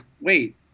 wait